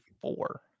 four